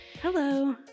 Hello